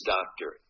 Doctor